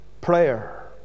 prayer